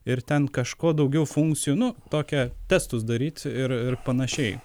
ir ten kažko daugiau funkcijų nu tokia testus daryt ir ir panašiai